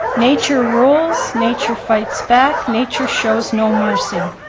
nature rules, nature fights back, nature shows no mercy.